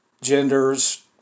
genders